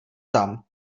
tam